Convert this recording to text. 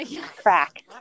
crack